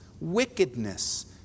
wickedness